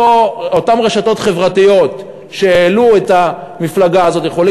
אותן רשתות חברתיות שהעלו את המפלגה הזאת יכולות